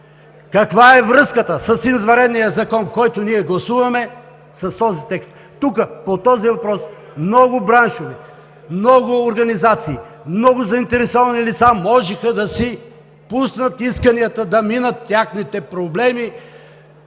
каква е връзката с Извънредния закон, който ние гласуваме с този текст? Тук по този въпрос много браншове, много организации, много заинтересовани лица можеха да си пуснат исканията, да минат техните проблеми